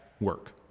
work